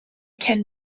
can